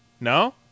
No